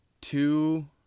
two